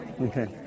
Okay